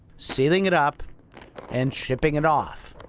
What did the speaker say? sealing it up and shipping it off.